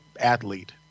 athlete